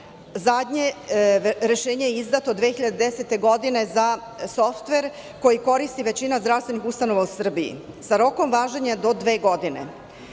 Zadnje rešenje je izdato 2010. godine za softver koji koristi većina zdravstvenih ustanova u Srbiji, sa rokom važenja do dve godine.